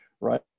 right